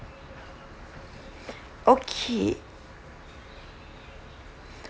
okay